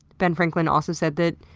ben franklin also said that,